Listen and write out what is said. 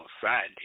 Friday